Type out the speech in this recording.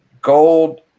gold